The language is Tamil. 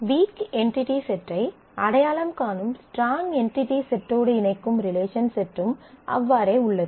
வீக் என்டிடி செட்டை அடையாளம் காணும் ஸ்ட்ராங் என்டிடி செட்டோடு இணைக்கும் ரிலேஷன் செட்டும் அவ்வாறே உள்ளது